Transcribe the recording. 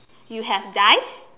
you have died